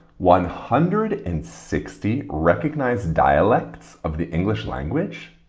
one hundred and sixty recognized dialects of the english language.